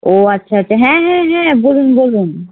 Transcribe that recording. ও আচ্ছা আচ্ছা হ্যাঁ হ্যাঁ হ্যাঁ বলুন বলুন